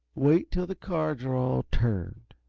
wait till the cards are all turned.